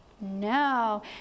No